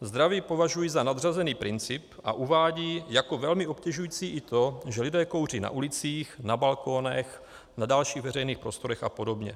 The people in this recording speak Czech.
Zdraví považují za nadřazený princip a uvádí jako velmi obtěžující i to, že lidé kouří na ulicích, na balkonech, na dalších veřejných prostorách apod.